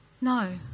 No